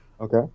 Okay